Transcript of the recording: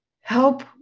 help